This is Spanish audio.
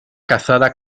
casada